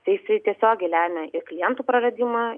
tai jisai tiesiogiai lemia į klientų praradimą